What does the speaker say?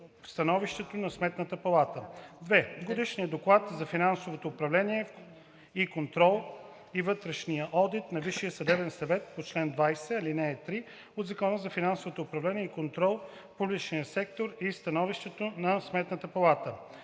становището на Сметната палата; 2. годишния доклад за финансовото управление и контрол и вътрешния одит на Висшия съдебен съвет по чл. 20, ал. 3 от Закона за финансовото управление и контрол в публичния сектор и становището на Сметната палата;